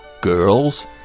Girls